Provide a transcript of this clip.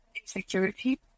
insecurity